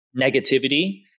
negativity